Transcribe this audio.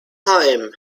heim